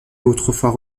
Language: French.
autrefois